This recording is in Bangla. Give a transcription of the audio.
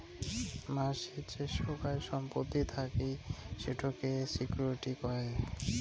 মানসির যে সোগায় সম্পত্তি থাকি সেটোকে সিকিউরিটি কহে